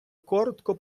коротко